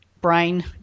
brain